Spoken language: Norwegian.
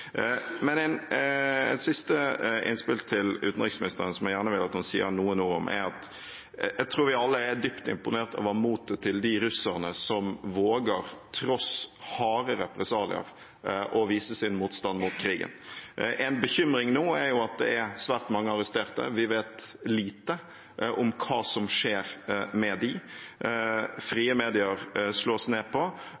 Et siste innspill til utenriksministeren, som jeg gjerne vil at hun sier noen ord om, går på at jeg tror vi alle er dypt imponert over motet til de russerne som våger, tross harde represalier, å vise sin motstand mot krigen. En bekymring nå er at det er svært mange arresterte. Vi vet lite om hva som skjer med